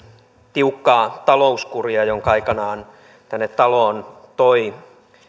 tiukkaa talouskuria jonka aikanaan tänne taloon toi